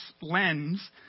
lens